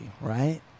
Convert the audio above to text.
right